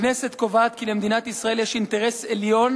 הכנסת קובעת כי למדינת ישראל יש אינטרס עליון